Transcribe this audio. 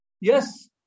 yes